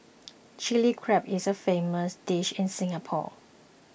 Chilli Crab is a famous dish in Singapore